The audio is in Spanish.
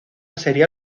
sería